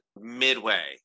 midway